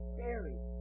buried